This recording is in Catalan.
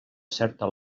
certa